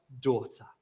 daughter